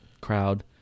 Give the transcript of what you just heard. crowd